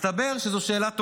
מסתבר שזאת שאלה טובה.